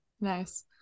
Nice